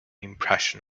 impression